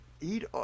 eat